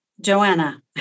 Joanna